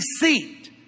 seat